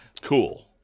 Cool